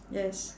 yes